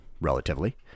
relatively